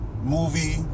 movie